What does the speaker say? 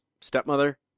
stepmother